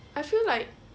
I feel like